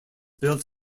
built